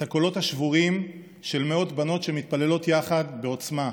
את הקולות השבורים של מאות בנות שמתפללות יחד בעוצמה: